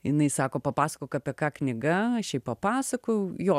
jinai sako papasakok apie ką knyga aš jai papasakojau jo